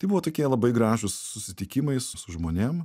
tai buvo tokie labai gražūs susitikimai su žmonėm